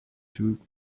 took